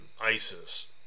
ISIS